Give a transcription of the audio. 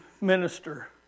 Minister